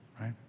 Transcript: right